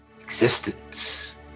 existence